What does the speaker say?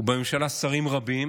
ובממשלה שרים רבים,